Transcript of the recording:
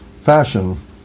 fashion